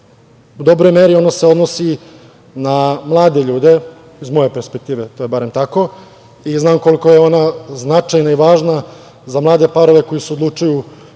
u dobroj meri odnosi na mlade ljude, iz moje perspektive to je barem tako, i znam koliko je ona značajna i važna za mlade parove koji se odlučuju